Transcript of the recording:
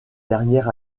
dernière